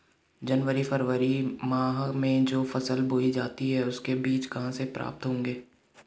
जनवरी फरवरी माह में जो फसल बोई जाती है उसके बीज कहाँ से प्राप्त होंगे?